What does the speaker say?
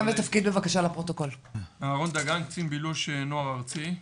אני קצין בילוש נוער ארצי.